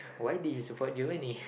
why did you support Germany